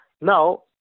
Now